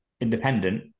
independent